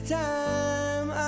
time